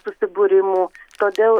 susibūrimų todėl